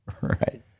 Right